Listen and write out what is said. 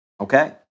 Okay